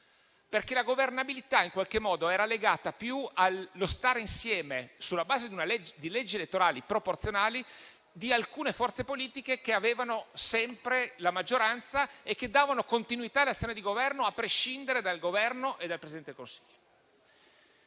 perché la governabilità in qualche modo era legata più allo stare insieme, sulla base di leggi elettorali proporzionali, di alcune forze politiche che avevano sempre la maggioranza e che davano continuità all'azione di Governo, a prescindere dal Governo e dal Presidente del Consiglio.